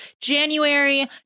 January